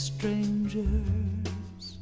Strangers